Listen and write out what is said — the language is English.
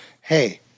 hey